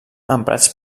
emprats